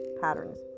patterns